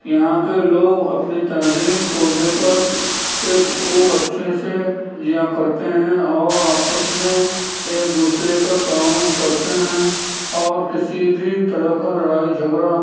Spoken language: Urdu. یہاں کے لوگ اپنی تہذیب کو لے کر کے خوب اچھے سے جیا کرتے ہیں اور آپس میں ایک دوسرے کا تعاون کرتے ہیں اور کسی بھی طرح کا لڑائی جھگڑا